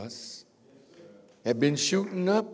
us have been shooting